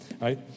Right